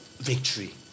victory